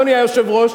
אדוני היושב-ראש,